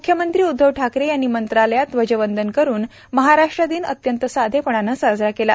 मुख्यमंत्री उद्धव ठाकरे यांनी मंत्रालयात ध्वजवंदन करून महाराष्ट्र दिन अत्यंत साधेपणाने साजरा केला